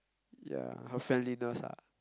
ya her friendliness ah